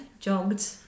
Jogged